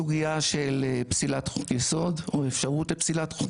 בבקשה בסדר?